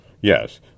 Yes